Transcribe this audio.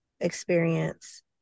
experience